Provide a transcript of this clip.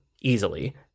easily